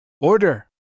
Order